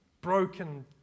Broken